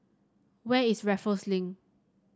where is Raffles Link